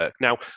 now